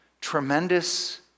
tremendous